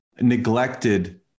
neglected